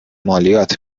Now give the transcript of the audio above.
مالیات